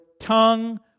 tongue